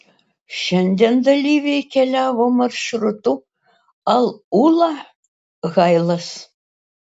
šiandien dalyviai keliavo maršrutu al ula hailas